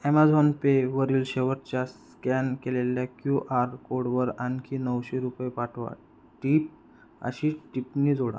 Amazon pay वरील शेवटच्या scan केलेल्या क्यू आर कोडवर आणखी नऊशे रुपये पाठवा टिप अशी टिपणी जोडा